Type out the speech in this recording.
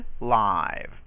live